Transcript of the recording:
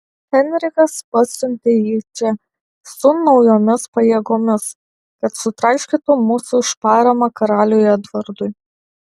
henrikas pasiuntė jį čia su naujomis pajėgomis kad sutraiškytų mus už paramą karaliui edvardui